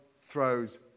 throws